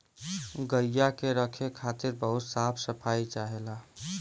गइया के रखे खातिर बहुत साफ सफाई चाहेला